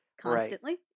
constantly